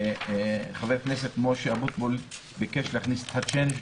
חבר הכנסת משה אבוטבול ביקש להכניס את הצ'יינג',